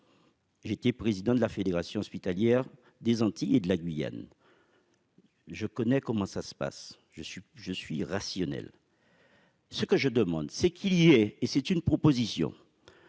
J'étais président de la Fédération hospitalière des Antilles et de la Guyane, je connais, comment ça se passe, je suis je suis rationnel. Ce que je demande c'est qu'il y ait, et c'est une proposition,